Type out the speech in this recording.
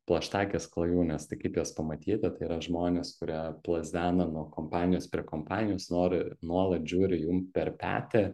plaštakės klajūnės tai kaip jas pamatyti tai yra žmonės kurie plazdena nuo kompanijos prie kompanijos nori nuolat žiūri jum per petį